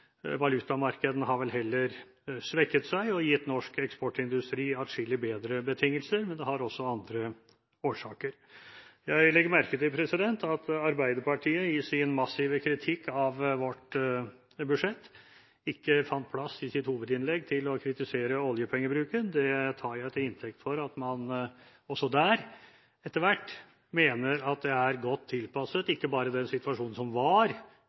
valutamarkedene har vel heller svekket seg og gitt norsk eksportindustri atskillig bedre betingelser, men det har også andre årsaker. Jeg legger merke til at Arbeiderpartiet etter sin massive kritikk av vårt budsjett ikke fant plass i sitt hovedinnlegg til å kritisere oljepengebruken. Det tar jeg til inntekt for at man også der etter hvert mener at det er godt tilpasset – ikke bare den situasjonen som var